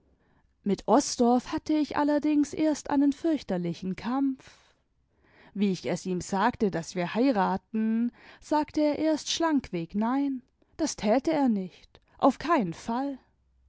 mit osdorff hatte ich allerdings erst einen fürchterlichen kampf wie ich es ihm sagte daß wir heiraten sagte er erst schlankweg nein das täte er nicht auf kernen fall